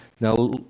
Now